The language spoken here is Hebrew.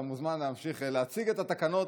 אתה מוזמן להמשיך להציג את התקנות,